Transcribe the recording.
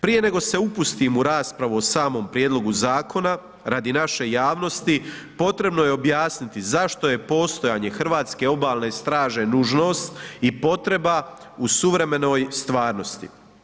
Prije nego se upustim u raspravu o samom prijedlogu zakona, radi naše javnosti potrebno je objasniti zašto je postojanje Hrvatske obalne straže nužnost i potreba u suvremenoj stvarnosti.